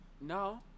No